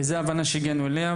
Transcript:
זו הבנה שהגענו אליה,